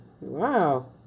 Wow